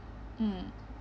mm